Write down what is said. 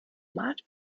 mat